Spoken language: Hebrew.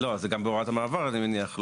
לא, זה גם בהוראת המעבר אני מניח.